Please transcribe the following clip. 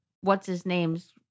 what's-his-name's